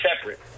separate